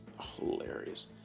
hilarious